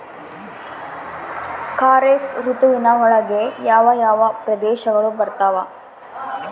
ಖಾರೇಫ್ ಋತುವಿನ ಒಳಗೆ ಯಾವ ಯಾವ ಪ್ರದೇಶಗಳು ಬರ್ತಾವ?